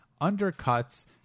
undercuts